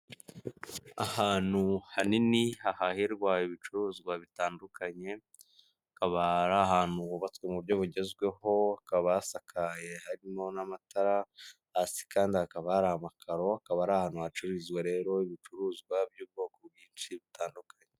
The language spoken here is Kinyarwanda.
Ahantu hanini ha hahirwa ibicuruzwa bitandukanye kaba ari ahantu hubatswe mu buryo bugezweho, kaba hasakaye harimo n'amatara hasi kandi hakaba hari amakaro hakaba ari ahantu hacururizwa rero ibicuruzwa by'ubwoko bwinshi butandukanye.